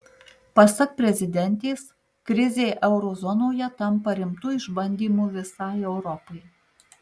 pasak prezidentės krizė euro zonoje tampa rimtu išbandymu visai europai